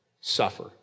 suffer